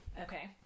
Okay